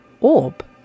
Orb